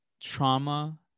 trauma